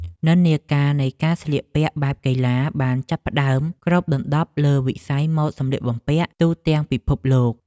និន្នាការនៃការស្លៀកពាក់បែបកីឡាបានចាប់ផ្តើមគ្របដណ្តប់លើវិស័យម៉ូដសម្លៀកបំពាក់ទូទាំងពិភពលោក។